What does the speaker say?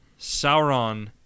Sauron